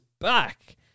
back